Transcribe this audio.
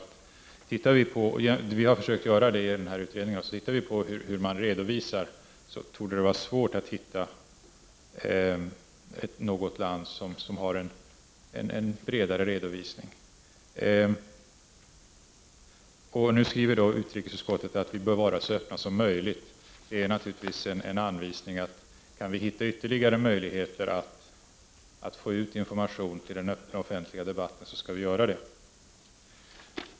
Tittar man på hur olika länder redovisar sin vapenexport — utredningen har försökt göra det — är det svårt att hitta något land som har en bredare redovisning än Sverige. Nu skriver utrikesutskottet att vi bör vara så öppna som möjligt. Det är naturligtvis en anvisning. Kan vi hitta ytterligare möjligheter att få ut information till den öppna offentliga debatten så skall vi göra det.